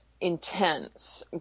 intense